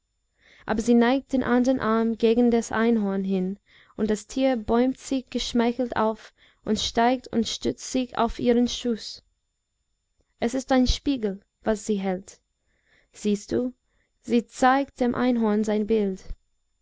aber sie neigt den andern arm gegen das einhorn hin und das tier bäumt sich geschmeichelt auf und steigt und stützt sich auf ihren schooß es ist ein spiegel was sie hält siehst du sie zeigt dem einhorn sein bild abelone